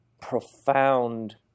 profound